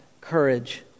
courage